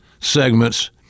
segments